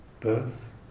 birth